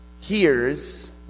hears